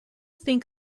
think